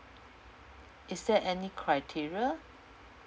is there any criteria